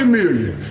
million